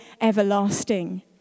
everlasting